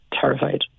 terrified